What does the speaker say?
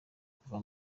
kuva